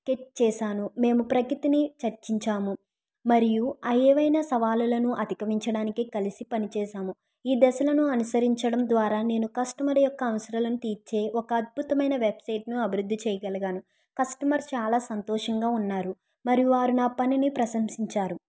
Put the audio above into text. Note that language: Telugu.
తేట్ చేశాను మేము ప్రకితిని చర్చించాము మరియు అవి ఎవైనా సవాళ్లను అధికమించడానికి కలిసి పని చేశాము ఈ దశలను అనుసరించడం ద్వారా నేను కస్టమర్ యొక్క అవసరాలను తీర్చే ఒక అద్భుతమైన వెబ్సైటు ను అభివృద్ధి చేయగలిగాను కస్టమరు చాల సంతోషంగా ఉన్నారు మరియు వారు నా పనిని ప్రశంసించారు